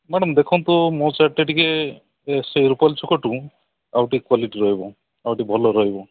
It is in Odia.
ମ୍ୟାଡ଼ାମ୍ ଦେଖନ୍ତୁ ମୋ ଚାଟ୍ଟା ଟିକେ ସେ ରୁପାଲି ଛକଠୁ ଆଉ ଟିକେ କ୍ୱାଲିଟି ରହିବ ଆଉ ଟିକେ ଭଲ ରହିବ